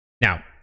Now